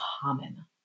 common